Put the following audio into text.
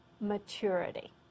maturity